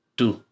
two